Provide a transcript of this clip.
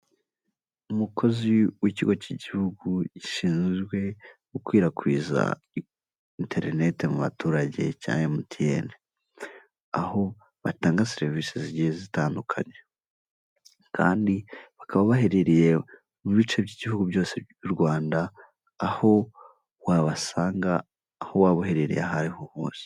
Umukozi w'ikigo k'igihugu, gishinzwe gukwirakwiza internete mu baturage cya MTN, aho batanga serivisi zigiye zitandukanye, kandi bakaba baherereye mu bice by'Igihugu byose by'u Rwanda, aho wabasanga, aho waba uherereye aho ariho hose.